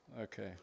okay